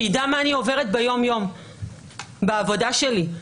שידע מה שאני עוברת ביום-יום בעבודה שלי.